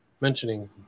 mentioning